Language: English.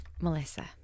Melissa